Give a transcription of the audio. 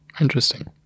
Interesting